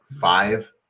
five